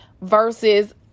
versus